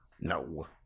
No